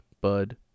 Bud